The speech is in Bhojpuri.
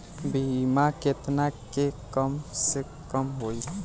बीमा केतना के कम से कम होई?